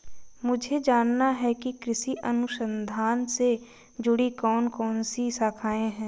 मुझे जानना है कि कृषि अनुसंधान से जुड़ी कौन कौन सी शाखाएं हैं?